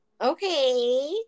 Okay